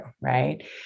right